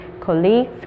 colleagues